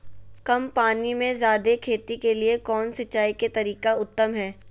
कम पानी में जयादे खेती के लिए कौन सिंचाई के तरीका उत्तम है?